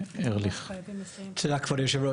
תודה, כבוד היושב-ראש.